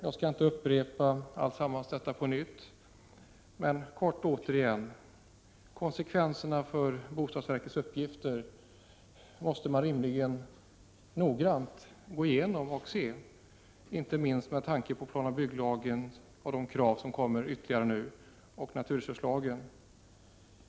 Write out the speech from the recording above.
Jag skall inte upprepa allt detta på nytt, men konsekvenserna för bostadsverkets uppgifter måste man rimligen noggrant gå igenom, inte minst med tanke på planoch bygglagen och de ytterligare krav som nu kommer och naturresurslagen.